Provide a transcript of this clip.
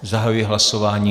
Zahajuji hlasování.